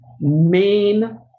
main